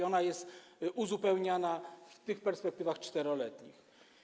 I to jest uzupełniane w tych perspektywach 4-letnich.